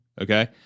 okay